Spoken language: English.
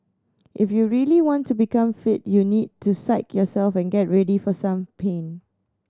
if you really want to become fit you need to psyche yourself and get ready for some pain